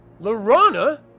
Lorana